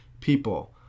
people